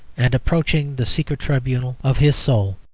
and approaching the secret tribunal of his soul,